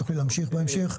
את תוכלי להמשיך בהמשך.